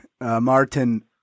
Martin